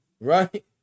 right